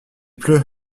pleut